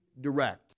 direct